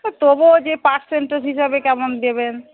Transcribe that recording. ও তবুও যে পার্সেন্টেজ হিসাবে কেমন দেবেন